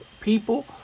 people